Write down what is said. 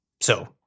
So-